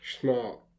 Smart